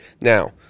Now